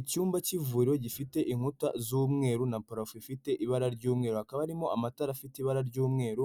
Icyumba k'ivuriro gifite inkuta z'umweru na parafo ifite ibara ry'umweru hakaba harimo amatara afite ibara ry'umweru,